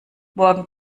morgen